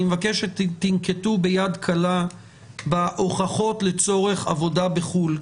אני מבקש שתנקטו ביד קלה בהוכחות לצורך עבודה בחו"ל.